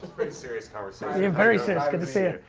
pretty serious conversation. you're very serious. good to see you.